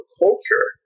culture